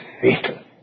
fatal